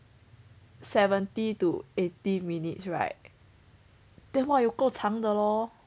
seventy to eighty minutes right then [what] 有够长的咯